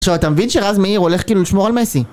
עכשיו אתה מבין שרז מאיר הולך כאילו לשמור על מסי?